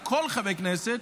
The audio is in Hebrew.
מכל חבר כנסת,